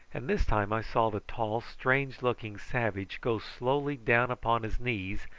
and this time i saw the tall strange-looking savage go slowly down upon his knees,